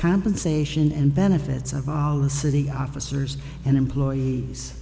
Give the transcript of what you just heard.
compensation and benefits of alla city officers and employees